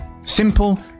Simple